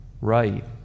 Right